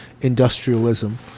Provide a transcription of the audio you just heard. industrialism